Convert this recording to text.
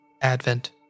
Advent